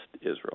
Israel